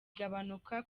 gabanuka